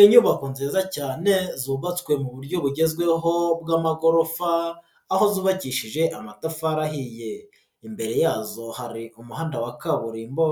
Inyubako nziza cyane zubatswe mu buryo bugezweho bw'amagorofa aho zubabakishije amatafari ahiye, imbere yazo hari umuhanda wa kaburimbo